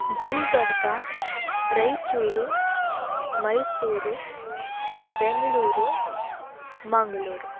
Gulbarga Raichur Mysuru Bengaluru Mangaluru